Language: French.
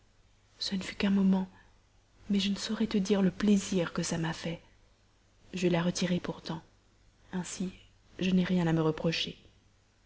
ce ne fut qu'un moment mais je ne saurais te dire le plaisir que cela m'a fait je la retirai pourtant ainsi je n'ai rien à me reprocher